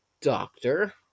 doctor